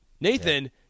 Nathan